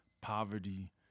poverty